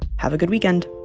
have a good weekend